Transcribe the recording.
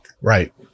right